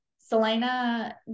Selena